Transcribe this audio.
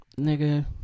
nigga